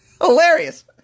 Hilarious